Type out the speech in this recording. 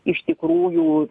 iš tikrųjų